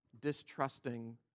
distrusting